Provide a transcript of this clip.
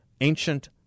ancient